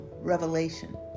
revelation